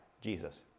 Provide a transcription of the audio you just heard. Jesus